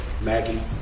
Maggie